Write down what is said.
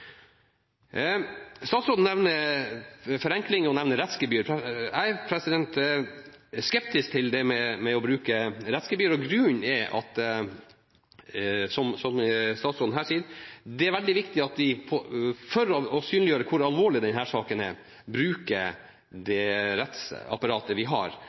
Statsråden nevner forenkling – og nevner rettsgebyr. Jeg er skeptisk til det med å bruke rettsgebyr. Grunnen er – som statsråden her sier – at det er veldig viktig at vi for å synliggjøre hvor alvorlig denne saken er, bruker det rettsapparatet vi har.